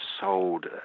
sold